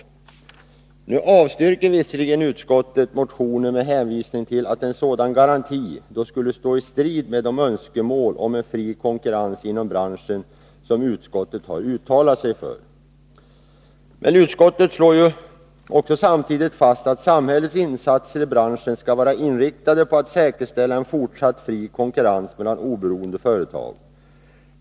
Utskottet avstyrker visserligen motionen med hänvisning till att en sådan garanti skulle stå i strid med de önskemål om en fri konkurrens inom branschen som utskottet har uttalat sig för. Men utskottet slår samtidigt fast att samhällets insatser i branschen skall vara inriktade på att säkerställa en fortsatt fri konkurrens mellan oberoende företag.